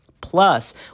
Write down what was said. Plus